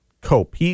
cope